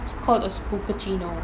it's called a